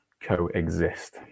coexist